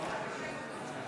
נגד